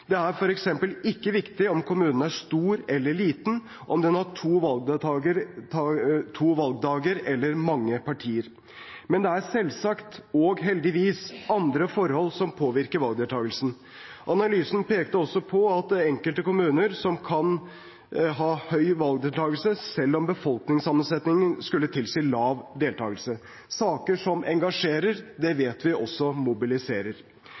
Det er f.eks. ikke viktig om en kommune er stor eller liten, om den har to valgdager eller mange partier. Men det er selvsagt, og heldigvis, andre forhold som påvirker valgdeltakelsen. Analysen pekte også på at i enkelte kommuner kan vi ha høy valgdeltakelse selv om befolkningssammensetningen skulle tilsi lav deltakelse. Saker som engasjerer, vet vi også mobiliserer.